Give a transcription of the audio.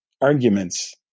arguments